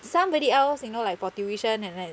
somebody else you know like for tuition and then